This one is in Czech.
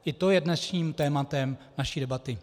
I to je dnešním tématem naší debaty.